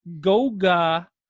Goga